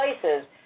places